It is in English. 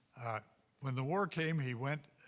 when the war came, he went